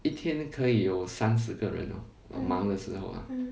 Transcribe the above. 一天可以有三四个人 orh 忙的时候啊